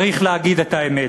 צריך להגיד את האמת: